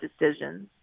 Decisions